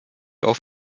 auf